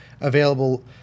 available